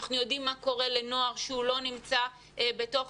אנחנו יודעים מה קורה לנוער שלא נמצא בתוך